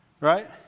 right